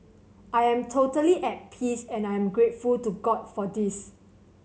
I am totally at peace and I'm grateful to God for this